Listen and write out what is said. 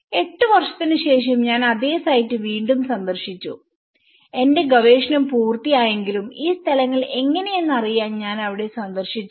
എട്ട് വർഷത്തിന് ശേഷം ഞാൻ അതേ സൈറ്റ് വീണ്ടും സന്ദർശിച്ചു എന്റെ ഗവേഷണം പൂർത്തിയായെങ്കിലും ഈ സ്ഥലങ്ങൾ എങ്ങനെയെന്ന് അറിയാൻ ഞാൻ അവിടെ സന്ദർശിച്ചു